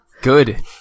good